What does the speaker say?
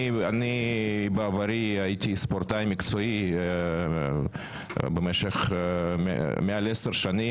אני בעברי הייתי ספורטאי מקצועי במשך מעל עשר שנים